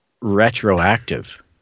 retroactive